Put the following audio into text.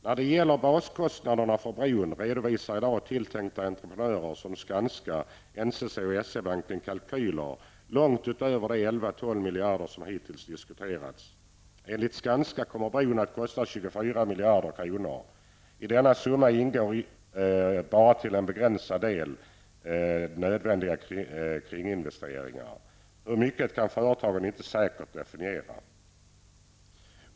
När det först gäller ''baskostnaden'' för bron redovisar i dag tilltänkta entreprenörer som Skanska, NCC och SE-banken kalkyler långt utöver de 11--12 miljarder som hittills diskuterats. Enligt Skanska kommer bron att kosta 24 miljarder kronor. I denna summa ingår bara en begränsad del av nödvändiga kringinvesteringar, hur mycket kan företaget inte säkert definiera.